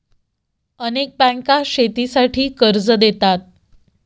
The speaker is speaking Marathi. अनेक बँका शेतीसाठी कर्ज देतात